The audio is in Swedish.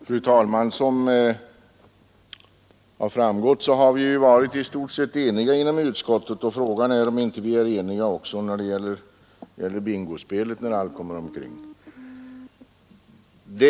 Fru talman! Som det har framgått har vi varit i stort sett eniga inom utskottet, och frågan är om vi inte är eniga också när det gäller bingospelet när allt kommer omkring.